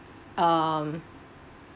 um